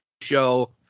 show